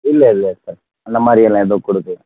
இல்லை இல்லை சார் அந்தமாதிரி எல்லாம் எதுவும் கொடுக்கல